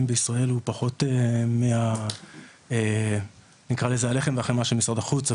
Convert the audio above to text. בישראל הוא פחות מה-'לחם והחמאה' של משרד החוץ.